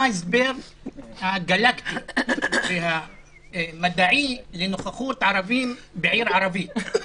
מה ההסבר הגלקטי המדעי לנוכחות ערבים בעיר ערבית.